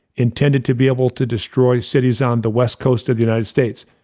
intended to be able to destroy cities on the west coast of the united states.